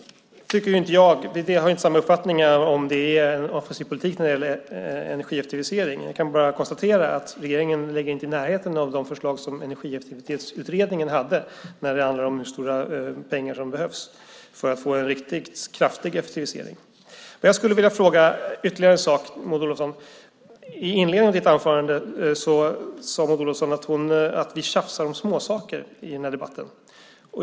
Vi har inte samma uppfattning om huruvida det är en offensiv politik när det gäller energieffektiviseringen. Jag kan bara konstatera att regeringen inte ligger i närheten av de förslag som Energieffektiviseringsutredningen hade när det handlar om hur stora pengar som behövs för att få en riktigt kraftig effektivisering. Jag skulle vilja fråga ytterligare en sak, Maud Olofsson. I inledningen av ditt anförande sade du att vi tjafsar om småsaker i debatten.